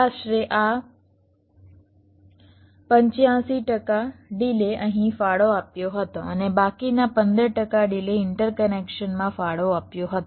આશરે આ 85 ટકા ડિલે અહીં ફાળો આપ્યો હતો અને બાકીના 15 ટકા ડિલે ઇન્ટરકનેક્શન્સમાં ફાળો આપ્યો હતો